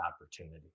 opportunity